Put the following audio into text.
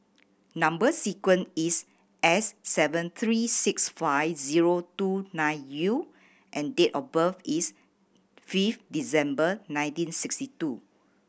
number sequence is S seven three six five zero two nine U and date of birth is fifth December nineteen sixty two